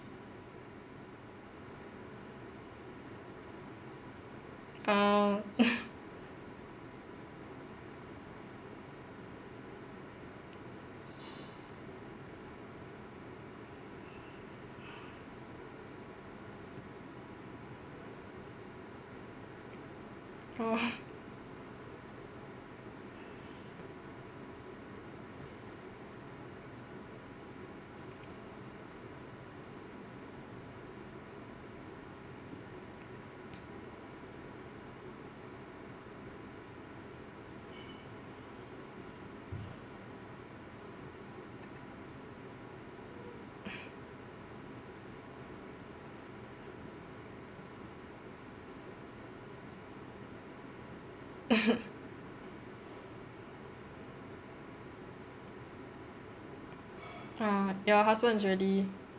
orh oh orh your husband's really